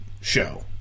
show